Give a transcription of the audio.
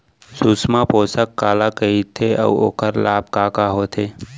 सुषमा पोसक काला कइथे अऊ ओखर लाभ का का होथे?